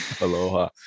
Aloha